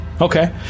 Okay